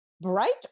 Bright